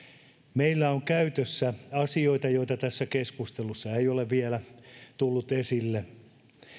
meillä on käytössämme asioita joita tässä keskustelussa ei ole vielä tullut esille